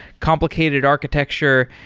complicated architecture,